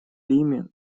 лиме